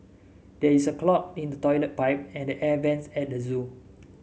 there is a clog in the toilet pipe and the air vents at the zoo